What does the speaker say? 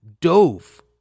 dove